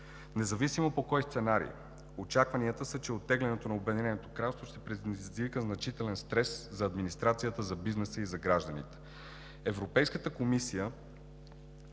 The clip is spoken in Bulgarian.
Независимо по кой сценарий, очакванията са, че оттеглянето на Обединеното кралство ще предизвика значителен стрес за администрацията, за бизнеса и за гражданите. С оглед на смекчаване